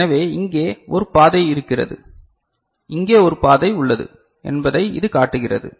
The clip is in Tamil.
எனவே இங்கே ஒரு பாதை இருக்கிறது இங்கே ஒரு பாதை உள்ளது என்பதை இது காட்டுகிறது